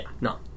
no